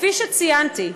כפי שציינתי,